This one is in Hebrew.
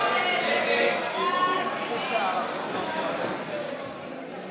עיון חוזר בפטור מטעמי הכרה דתית שהושג במרמה),